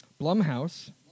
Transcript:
Blumhouse